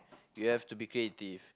you have to be creative